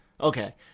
Okay